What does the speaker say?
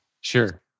Sure